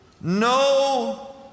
No